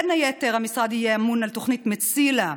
בין היתר, המשרד יהיה ממונה על תוכנית מצילה.